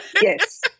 Yes